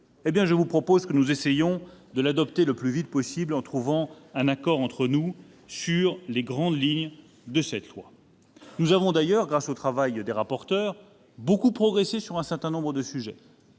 Je vous propose donc que nous essayions de l'adopter dans les plus brefs délais, en trouvant un accord entre nous sur ces grandes lignes. Nous avons d'ailleurs, grâce au travail des rapporteurs, beaucoup progressé sur un certain nombre de sujets.